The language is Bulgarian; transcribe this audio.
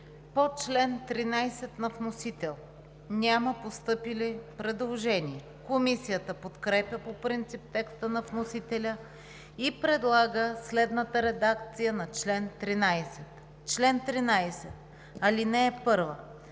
По чл. 35 на вносител няма постъпили предложения. Комисията подкрепя по принцип текста на вносителя и предлага следната редакция на чл. 35: „Чл. 35. Анкетьор,